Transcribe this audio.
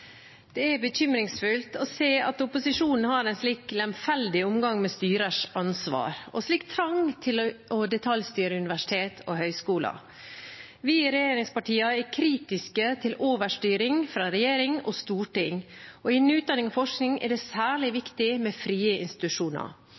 bekymringsfullt å se at opposisjonen har en slik lemfeldig omgang med styrers ansvar og slik trang til å detaljstyre universiteter og høyskoler. Vi i regjeringspartiene er kritiske til overstyring fra regjering og storting, og innen utdanning og forskning er det særlig